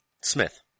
Smith